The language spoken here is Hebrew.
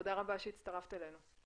ותודה רבה על שהצטרפת אלינו.